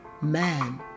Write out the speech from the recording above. Man